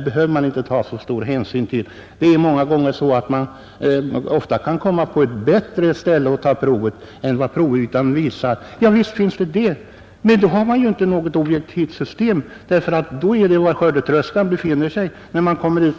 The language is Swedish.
behöver ta så stor hänsyn till skadorna, ty många gånger kan proven komma att tas på ett bättre ställe än vad provytan som helhet uppvisar. Javisst. Men då har man ju inte något objektivt system. Då beror det ju på var skördetröskan befinner sig när provet tas.